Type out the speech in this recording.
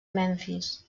memfis